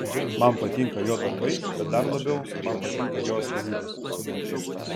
man patinka jo darbai bet dar labiau man patinka jo asmenybė